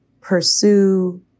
pursue